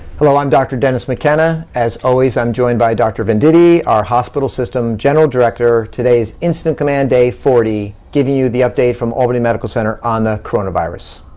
hello, i'm dr. dennis mckenna. as always, i'm joined by dr. venditti, our hospital system general director. today is incident command day forty, giving you the update from albany medical center on the coronavirus.